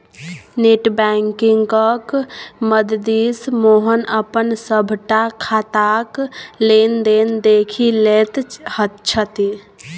net बैंकिंगक मददिसँ मोहन अपन सभटा खाताक लेन देन देखि लैत छथि